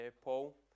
Paul